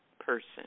person